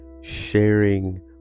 Sharing